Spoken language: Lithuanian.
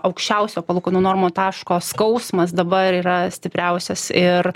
aukščiausio palūkanų normų taško skausmas dabar yra stipriausias ir